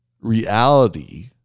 reality